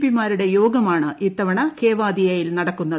P മാരുടെ യോഗമാണ് ഇത്തവണ കേവാദിയയിൽ നടക്കുന്നത്